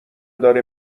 داره